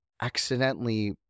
accidentally